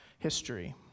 History